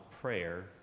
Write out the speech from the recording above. prayer